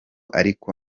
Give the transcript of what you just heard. ariko